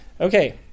Okay